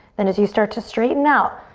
then as you start to straighten out,